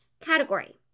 category